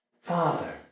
Father